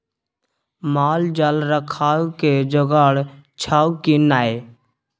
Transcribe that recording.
माल जाल राखय के जोगाड़ छौ की नै